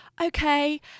okay